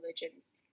religions